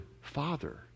Father